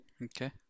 Okay